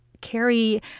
carry